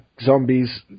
zombies